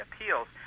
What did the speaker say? appeals